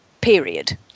period